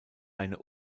eine